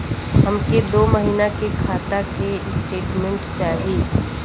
हमके दो महीना के खाता के स्टेटमेंट चाही?